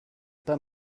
pas